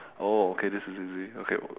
oh okay this is easy okay